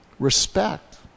Respect